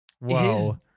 Wow